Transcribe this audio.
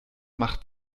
mach